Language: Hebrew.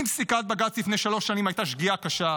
אם פסיקת בג"ץ לפני שלוש שנים הייתה שגיאה קשה,